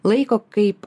laiko kaip